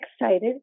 excited